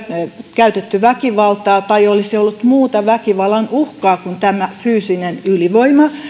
käytetty väkivaltaa tai olisi ollut muuta väkivallan uhkaa kuin fyysinen ylivoima